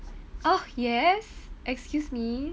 oh yes excuse me